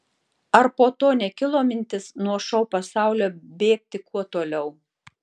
ar po to nekilo mintis nuo šou pasaulio bėgti kuo toliau